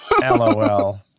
LOL